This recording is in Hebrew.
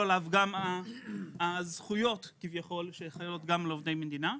עליו גם הזכויות כביכול שחלות גם על עובד המדינה.